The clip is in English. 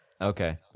Okay